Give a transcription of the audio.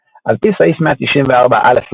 על פי סעיף 194 א' לחוק,